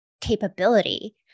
capability